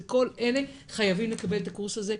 זה כל אלה חייבים לקבל את הקורס הזה,